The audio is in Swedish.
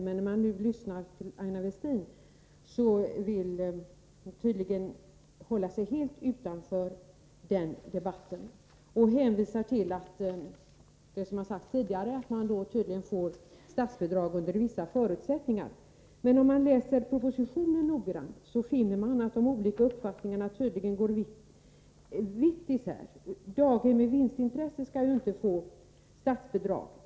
Men Aina Westin vill tydligen hålla sig helt utanför den debatten här. Hon hänvisar till det som har sagts tidigare, nämligen att statsbidrag ges under vissa förutsättningar. Den som läser propositionen noggrant finner emellertid att uppfattningarna går helt isär. Daghem med vinstintressen skall inte få statsbidrag.